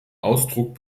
ausdruck